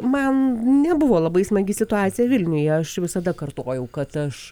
man nebuvo labai smagi situacija vilniuje aš visada kartojau kad aš